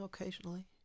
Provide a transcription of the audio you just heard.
occasionally